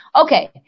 Okay